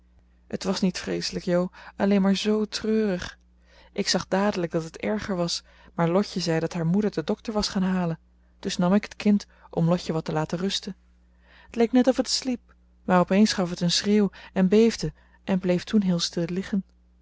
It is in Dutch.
het was niet vreeselijk jo alleen maar zoo treurig ik zag dadelijk dat het erger was maar lotje zei dat haar moeder den dokter was gaan halen dus nam ik het kind om lotje wat te laten rusten t leek net of het sliep maar op eens gaf het een schreeuw en beefde en bleef toen heel stil liggen